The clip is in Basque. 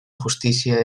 justizia